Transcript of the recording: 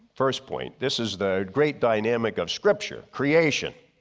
first point this is the great dynamic of scripture, creation,